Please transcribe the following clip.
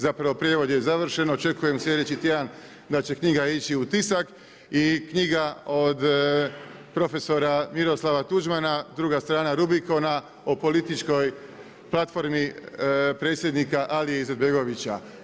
Zapravo prijevod je završen, očekujem sljedeći tjedan da će knjiga ići u tisak i knjiga od profesora Miroslava Tuđmana Druga strana Rubikona o političkoj platformi predsjednika Alije Izetbegovića.